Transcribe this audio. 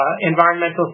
environmental